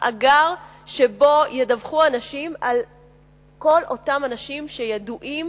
מאגר שבו ידווחו אנשים על כל אותם אנשים שידועים